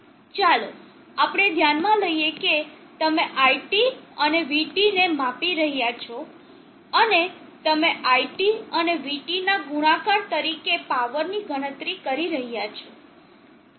ચાલો આપણે ધ્યાનમાં લઈએ કે તમે iT અને vT ને માપી રહ્યા છો અને તમે iT અને vT ના ગુણાકાર તરીકે પાવરની ગણતરી કરી રહ્યા છો